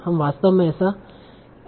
हम वास्तव में ऐसा कैसे करते हैं